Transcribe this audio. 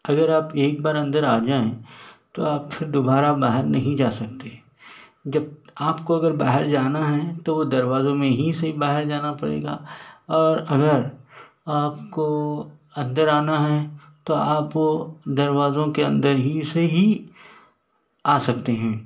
اگر آپ ایک بار اندر آ جائیں تو آپ پھر دوبارہ باہر نہیں جا سکتے جب آپ کو اگر باہر جانا ہے تو وہ دروازوں میں ہی سے باہر جانا پڑے گا اور اگر آپ کو اندر آنا ہے تو آپ وہ دروازوں کے اندر ہی سے ہی آ سکتے ہیں